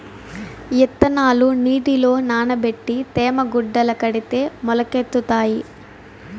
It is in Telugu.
ఇత్తనాలు నీటిలో నానబెట్టి తేమ గుడ్డల కడితే మొలకెత్తుతాయి